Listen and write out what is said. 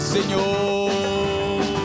Señor